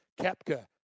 Kepka